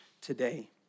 today